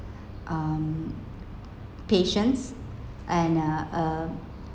um patience and um uh